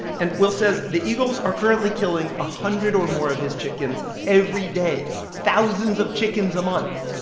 and will says the eagles are currently killing a hundred or more of his chickens every day, thousands of chickens a month.